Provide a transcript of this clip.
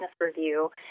Review